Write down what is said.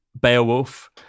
Beowulf